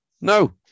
No